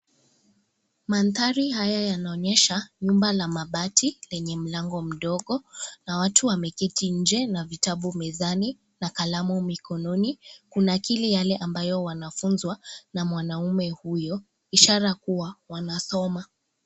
Mandhari haya yanaonyesha nyumba la mabati lenye mlango mdogo na watu wameketi nje na vitabu mezani na kalamu mikononi kunakili yale amabayo wanafunzwa na mwanaume huyo ishara kuwa wanasoma.